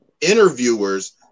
interviewers